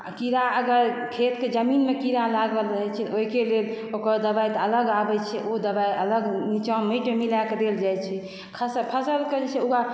आ कीड़ा अगर खेतके जमीनमे कीड़ा लागल अछि ओहिके लेल ओकर दबाइ तऽ अलग आबै छै ओ दबाइ अलग नीचा माटिमे मिलाकऽ देल जाइ छै फसल के जे छै